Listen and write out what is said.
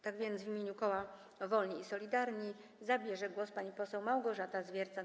Tak więc w imieniu koła Wolni i Solidarni zabierze głos pani poseł Małgorzata Zwiercan.